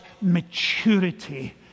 maturity